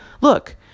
look